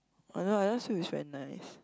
I don't know I just feel it's very nice